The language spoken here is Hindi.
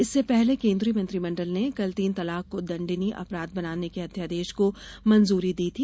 इससे पहले केंद्रीय मंत्रिमंडल ने कल तीन तलाक को दण्डनीय अपराध बनाने के अध्यादेश को मंजूरी दी थी